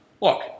Look